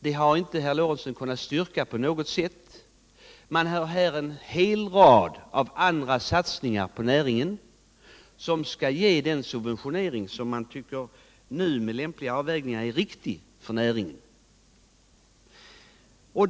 Det har inte heller herr Lorentzon på något sätt kunnat styrka. I stället föreslår man cen hel rad andra satsningar på näringen som skall ge den subventionering som man nu, efter lämpliga avvägningar, tycker är viktig.